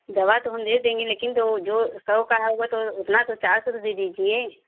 दवा तो हम दे देंगे लेकिन दो जो सौ का होगा तो उतना तो चार सौ तो दे दीजिए